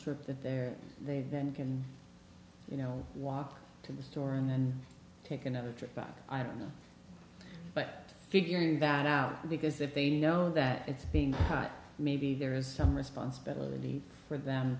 trip that they're they then can you know walk to the store and then take another trip back i don't know but figuring that out because if they know that it's being bought maybe there is some responsibility for them